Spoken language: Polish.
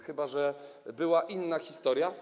Chyba że była to inna historia.